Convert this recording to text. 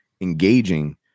engaging